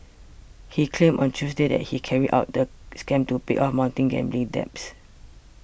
he claimed on Tuesday that he carried out the scam to pay off mounting gambling debts